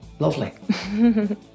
Lovely